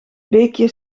beekje